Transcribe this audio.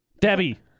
debbie